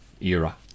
era